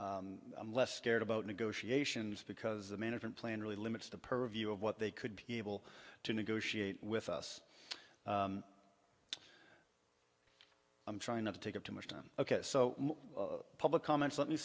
i'm less scared about negotiations because the management plan really limits the purview of what they could be able to negotiate with us i'm trying not to take up too much time ok so public comments let me